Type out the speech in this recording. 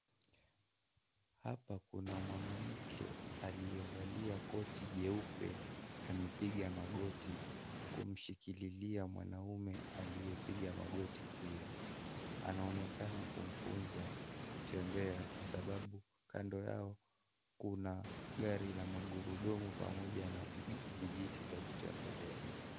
Hapa kuna mwanamke aliyevalia koti jeupe , amepiga magoti kumshikikilia mwanaume aliyepiga magoti pia, anaonekana kumfunza kutembea kwa sababu kando yao kunagari la magurudumu pamoja na vijiti vya kutembelea.